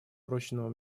прочного